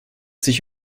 sich